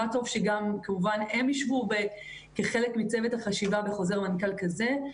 מה טוב שגם הם ישבו כחלק מצוות החשיבה בחוזר מנכ"ל כזה.